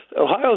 Ohio